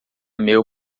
meu